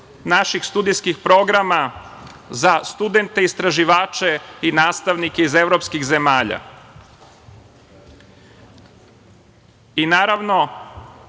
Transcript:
naših studijskih programa za studente istraživače i nastavnike iz evropskih zemalja. Naravno,